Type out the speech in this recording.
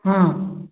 ହଁ